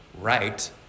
right